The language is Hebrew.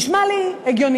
זה נשמע לי הגיוני,